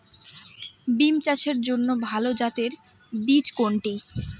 বিম চাষের জন্য ভালো জাতের বীজ কোনটি?